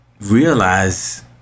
realize